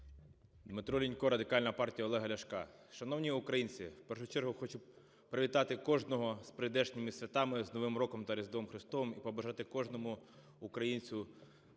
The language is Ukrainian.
Дмитро Лінько, Радикальна партія Олега Ляшка. Шановні українці, в першу чергу хочу привітати кожного з прийдешніми святами, з Новим роком та Різдвом Христовим і побажати кожному українцю